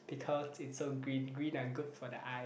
because it's so green green are good for the eye